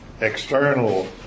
external